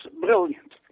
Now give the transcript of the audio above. brilliant